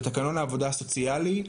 תקנון העבודה הסוציאלי,